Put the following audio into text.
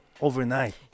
overnight